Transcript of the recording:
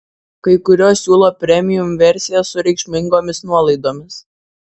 kai kurios siūlo premium versijas su reikšmingomis nuolaidomis